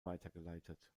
weitergeleitet